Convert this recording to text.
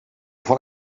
van